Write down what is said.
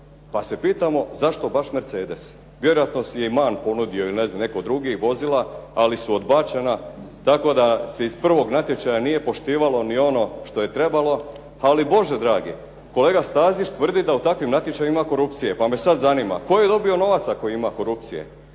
pa se pitamo zašto baš Mercedes. Vjerojatno si je ih MAN ponudio ili ne znam netko drugi, vozila ali su odbačena. Tako da se iz prvog natječaja nije poštivalo ni ono što je trebalo. Ali Bože dragi. Kolega Stazić tvrdi da u takvim natječajima ima korupcije. Pa me sada zanima. Tko je dobio novac ako ima korupcije?